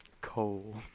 Coal